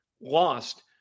lost